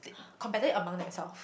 they competitive among themselves